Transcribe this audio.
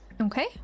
Okay